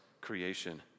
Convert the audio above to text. creation